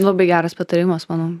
labai geras patarimas manau